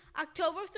October